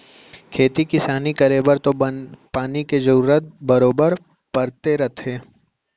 खेती किसान करे बर तो पानी के जरूरत बरोबर परते रथे